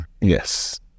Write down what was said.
Yes